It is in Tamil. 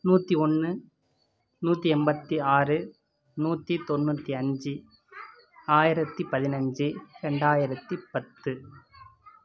நூற்றி ஒன்று நூற்றி எண்பத்தி ஆறு நூற்றி தொண்ணூற்றி அஞ்சு ஆயிரத்து பதினஞ்சு ரெண்டாயிரத்து பத்து